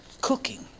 cooking